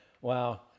Wow